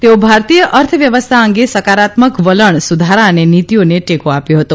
તેઓ ભારતીય અર્થવ્યવસ્થા અંગે સકારાત્મક વલણ સુધારા અને નીતિઓને ટેકો આપ્યો હતો